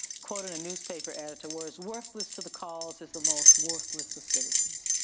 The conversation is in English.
quoted a newspaper editor, were as worthless to the cause as the most worthless of citizens?